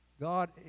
God